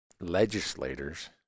legislators